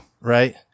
Right